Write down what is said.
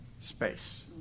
space